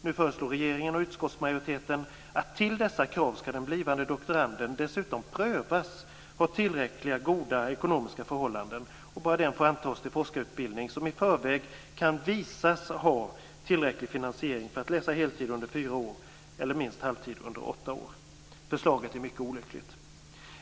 Nu föreslår regeringen och utskottsmajoriteten att till dessa krav skall den blivande doktoranden dessutom prövas ha tillräckligt goda ekonomiska förhållanden. Bara den får antas till forskarutbildning som i förväg kan visa sig ha tillräcklig finansiering för att läsa heltid under fyra år eller minst halvtid under åtta år. Förslaget är mycket olyckligt.